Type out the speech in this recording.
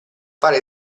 fare